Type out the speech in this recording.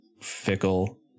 fickle